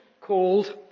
called